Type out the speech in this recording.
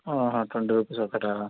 twenty rupees ఒకటా